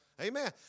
Amen